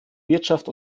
wirtschaft